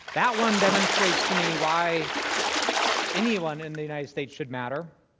that one demonstrates to me why anyone in the united states should matter